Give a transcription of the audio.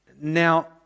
Now